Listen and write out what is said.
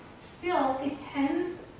still, it tends,